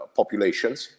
populations